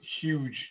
huge